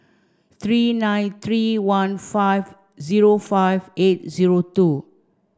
three nine three one five zero five eight zero two